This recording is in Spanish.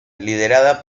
liderada